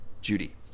Judy